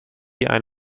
ein